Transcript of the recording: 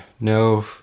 no